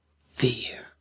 fear